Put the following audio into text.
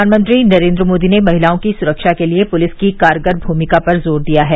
प्रधानमंत्री नरेन्द्र मोदी ने महिलाओं की सुरक्षा के लिए पुलिस की कारगर भूमिका पर जोर दिया है